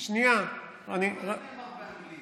לא רק שזה נאמר באנגלית,